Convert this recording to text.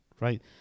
right